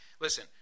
Listen